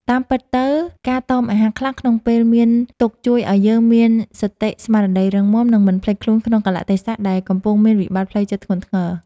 តាមពិតទៅការតមអាហារខ្លះក្នុងពេលមានទុក្ខជួយឱ្យយើងមានសតិស្មារតីរឹងមាំ និងមិនភ្លេចខ្លួនក្នុងកាលៈទេសៈដែលកំពុងមានវិបត្តិផ្លូវចិត្តធ្ងន់ធ្ងរ។